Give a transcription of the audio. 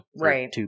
Right